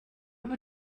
ever